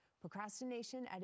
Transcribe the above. Procrastination